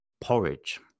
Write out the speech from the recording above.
porridge